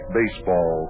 baseball